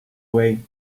away